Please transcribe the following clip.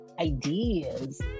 ideas